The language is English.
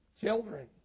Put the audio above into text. Children